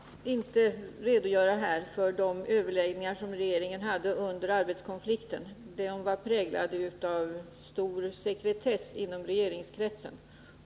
Herr talman! Jag kan tyvärr inte redogöra här för de överläggningar som regeringen hade under arbetskonflikten. De präglades nämligen av stor sekretess inom regeringskretsen.